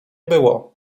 było